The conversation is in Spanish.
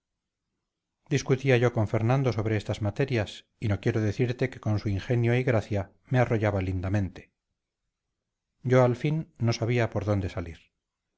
discutía yo con fernando sobre estas materias y no quiero decirte que con su ingenio y gracia me arrollaba lindamente yo al fin no sabía por dónde salir